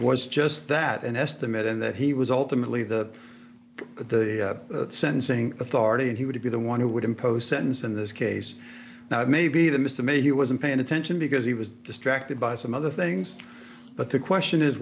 was just that an estimate and that he was ultimately the the sentencing authority and he would be the one who would impose sentence in this case now maybe the mr may he wasn't paying attention because he was distracted by some other things but the question is